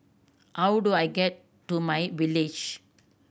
how do I get to my Village